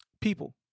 People